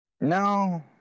No